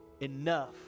enough